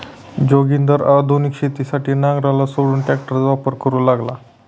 जोगिंदर आधुनिक शेतीसाठी नांगराला सोडून ट्रॅक्टरचा वापर करू लागला